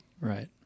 Right